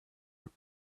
your